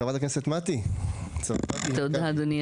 חברת הכנסת מטי צרפתי הרכבי,